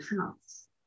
house